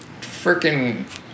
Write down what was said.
Freaking